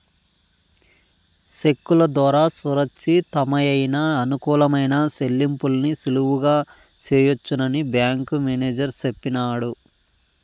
సెక్కుల దోరా సురచ్చితమయిన, అనుకూలమైన సెల్లింపుల్ని సులువుగా సెయ్యొచ్చని బ్యేంకు మేనేజరు సెప్పినాడు